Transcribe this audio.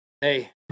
hey